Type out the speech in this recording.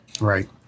Right